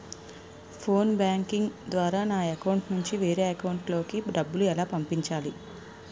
Phone banking ద్వారా నా account నుంచి వేరే అకౌంట్ లోకి డబ్బులు ఎలా పంపించాలి?